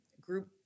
group